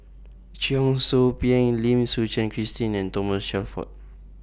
Cheong Soo Pieng Lim Suchen Christine and Thomas Shelford